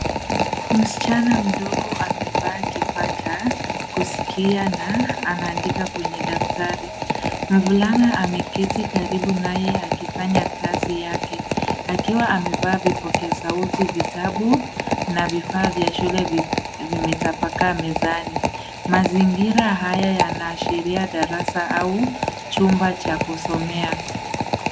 Msichana mdogo amevaa kifaa cha kusikia na anaandika kwenye daftari. Mvulana ameketi karibu naye akifanya kazi yake akiwa amevaa vipokea sauti, vitabu na vifaa vya shule vimetapakaa mezani. Mazingira haya yanaashiria darasa au chumba cha kusomea.